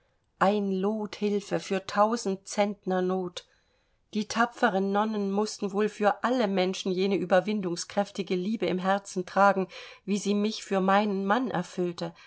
ein lot hilfe für tausend centner not die tapferen nonnen mußten wohl für alle menschen jene überwindungskräftige liebe im herzen tragen wie sie mich für meinen mann erfüllte